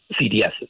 CDSs